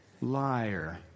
liar